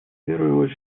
первую